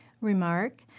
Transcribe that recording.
Remark